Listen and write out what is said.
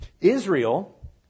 Israel